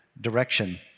direction